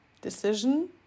decision